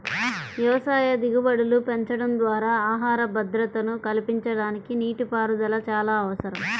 వ్యవసాయ దిగుబడులు పెంచడం ద్వారా ఆహార భద్రతను కల్పించడానికి నీటిపారుదల చాలా అవసరం